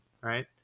right